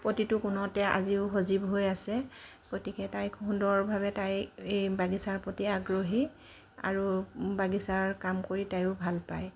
প্ৰতিটো কোণতে আজিও সজীৱ হৈ আছে গতিকে তাই খুব সুন্দৰভাৱে তাই এই বাগিছাৰ প্ৰতি আগ্ৰহী আৰু বাগিছাৰ কাম কৰি তাইও ভাল পায়